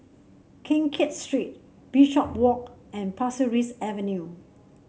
Keng Kiat Street Bishopswalk and Pasir Ris Avenue